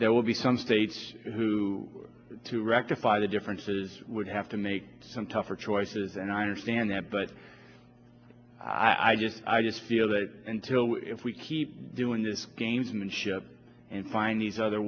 there will be some states who to rectify the differences would have to make some tougher choices and i understand that but i just i just feel that until if we keep doing this gamesmanship and find these other